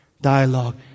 Dialogue